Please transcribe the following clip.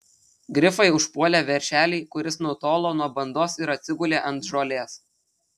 grifai užpuolė veršelį kuris nutolo nuo bandos ir atsigulė ant žolės